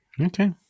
Okay